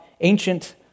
ancient